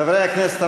חברי הכנסת,